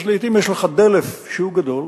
אז לעתים יש לך דלף שהוא גדול,